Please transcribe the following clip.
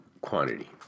quantity